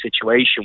situation